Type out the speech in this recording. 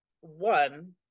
one